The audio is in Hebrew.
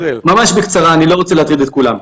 ממש בקצרה, אני לא רוצה להטריד את כולם.